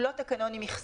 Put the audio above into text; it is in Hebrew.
הוא לא תקנון עם מכסות,